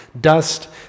dust